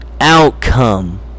outcome